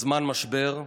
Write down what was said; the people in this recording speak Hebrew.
בזמן משבר.